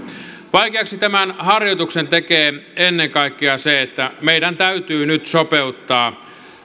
vaikeaksi tämän harjoituksen tekee ennen kaikkea se että meidän täytyy nyt sopeuttaa